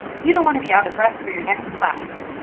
you don't want to be out of breath for your next class!